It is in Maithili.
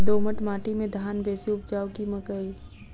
दोमट माटि मे धान बेसी उपजाउ की मकई?